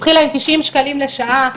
התחילה עם תשעים שקלים לשעה,